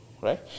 right